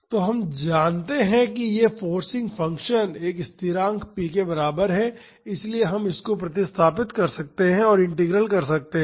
तो हम जानते हैं कि यह फोर्सिंग फंक्शन एक स्थिरांक p के बराबर है इसलिए हम इसको प्रतिस्थापित कर सकते है और इंटीग्रल कर सकते हैं